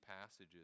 passages